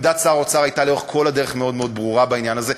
עמדת שר האוצר הייתה לאורך כל הדרך מאוד מאוד ברורה בעניין הזה,